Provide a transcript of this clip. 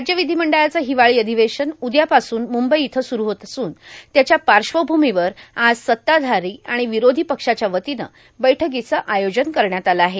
राज्य ावधी मंडळाचं ाहवाळी र्आधवेशन उद्यापासून मुंबई इथं सुरू होत असून त्याच्या पाश्वभूमीवर आज सत्ताधारां आर्ण र्विरोधी पक्षाच्या वतीनं बैठकांचं आयोजन करण्यात आलं आहे